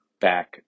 back